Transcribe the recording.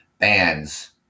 bands